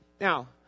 Now